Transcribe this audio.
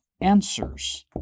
answers